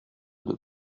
deux